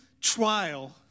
trial